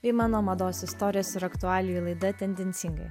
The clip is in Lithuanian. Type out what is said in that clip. tai mano mados istorijos ir aktualijų laida tendencingai